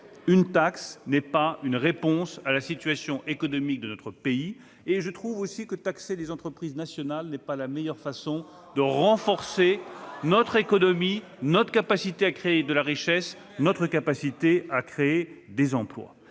Une taxe n'est pas une réponse à la situation économique de notre pays. Par ailleurs, taxer les entreprises nationales n'est pas la meilleure manière de renforcer notre économie, notre capacité à créer de la richesse et des emplois.